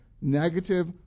negative